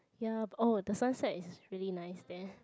ya oh the sunset is really nice there